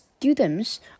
Students